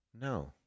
No